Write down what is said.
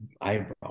eyebrow